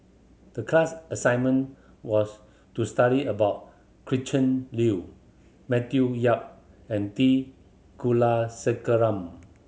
the class assignment was to study about Gretchen Liu Matthew Yap and T Kulasekaram